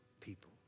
people